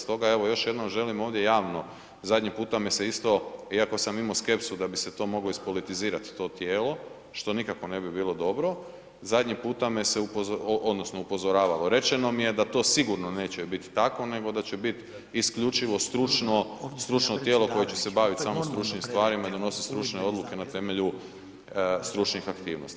Stoga evo, još jednom želim ovdje javno, zadnji puta me se isto, iako sam imao skepsu da bi se to moglo ispolitizirati to tijelo, što nikako ne bi bilo dobro, zadnji puta me se upozorilo, odnosno upozoravalo, rečeno mi je da to sigurno neće biti tako nego da će biti isključivo stručno tijelo koje će se baviti samo stručnim stvarima i donositi stručne odluke na temelju stručnih aktivnosti.